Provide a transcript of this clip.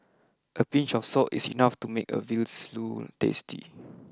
a pinch of salt is enough to make a veal stew tasty